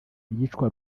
iyicwa